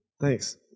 Thanks